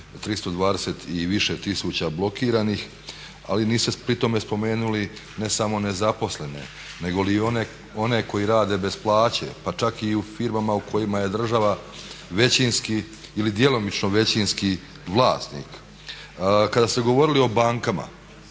320 i više tisuća blokiranih ali niste pri tome spomenuli ne samo nezaposlene nego i one koji rade bez plaće, pa čak i u firmama u kojima je država većinski ili djelomično većinski vlasnik. Kada ste govorili o bankama